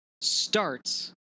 starts